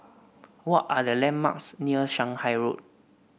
what are the landmarks near Shanghai Road